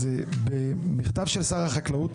אז במכתב של שר החקלאות,